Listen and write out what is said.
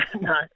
no